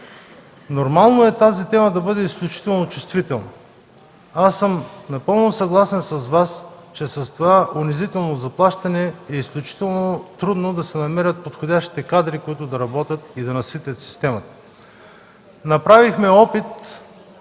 Нормално е тази тема да бъде изключително чувствителна. Напълно съм съгласен с Вас, че с това унизително заплащане е изключително трудно да се намерят подходящите кадри, които да работят и да наситят системата. Направихме опит